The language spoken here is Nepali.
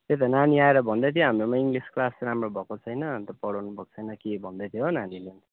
त्यही त नानी आएर भन्दै थियो हाम्रोमा इङ्गलिस क्लास राम्रो भएको छैन अन्त पढाउनुभएको छैन के भन्दै थियो हो नानीले नि